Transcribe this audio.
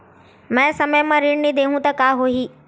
मैं समय म ऋण नहीं देहु त का होही